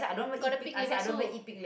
got the Pig liver soup